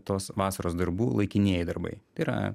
tos vasaros darbų laikinieji darbai tai yra